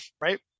Right